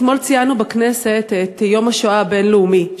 אתמול ציינו בכנסת את יום השואה הבין-לאומי,